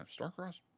Starcross